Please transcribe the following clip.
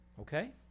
Okay